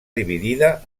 dividida